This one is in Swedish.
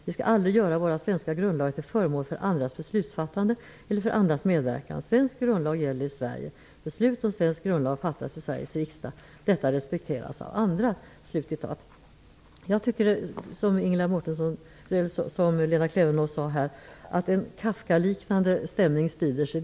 Vi skall aldrig göra våra svenska grundlagar till föremål för andras beslutsfattande eller för andras medverkan. Svensk grundlag gäller i Sverige. Beslut om svensk grundlag fattas av Sveriges riksdag. -- Detta respekteras av andra.'' I ljuset av vad som nu har sagts är det märkvärdigt att vår statsminister har yttrat detta. Det bidrar verkligen till en stor förvirring. Jag tycker, som Lena Klevenås, att en Kafkaliknande stämmning sprider sig.